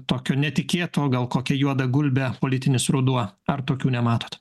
tokio netikėto gal kokią juodą gulbę politinis ruduo ar tokių nematot